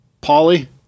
Polly